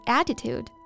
attitude